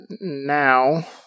now